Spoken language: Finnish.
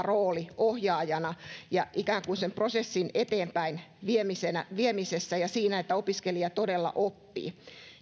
rooli ohjaajana ikään kuin sen prosessin eteenpäinviemisessä ja siinä että opiskelija todella oppii